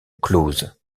close